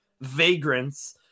vagrants